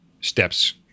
steps